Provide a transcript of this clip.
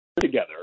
together